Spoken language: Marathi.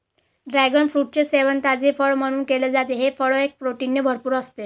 ड्रॅगन फ्रूटचे सेवन ताजे फळ म्हणून केले जाते, हे फळ प्रोटीनने भरपूर असते